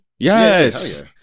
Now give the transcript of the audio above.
yes